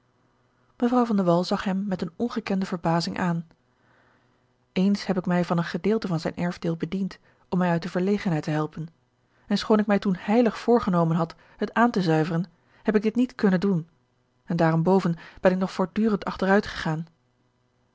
wall zag hem met eene ongekende verbazing aan eens heb ik mij van een gedeelte van zijn erfdeel bediend om mij uit de verlegenheid te helpen en schoon ik mij toen heilig voorgenomen had het aan te zuiveren heb ik dit niet kunnen doen en daarenboven ben ik nog voortdurend achteruit gegaan